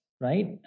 right